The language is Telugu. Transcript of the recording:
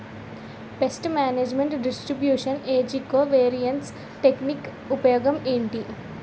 పేస్ట్ మేనేజ్మెంట్ డిస్ట్రిబ్యూషన్ ఏజ్జి కో వేరియన్స్ టెక్ నిక్ ఉపయోగం ఏంటి